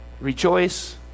rejoice